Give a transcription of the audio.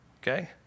Okay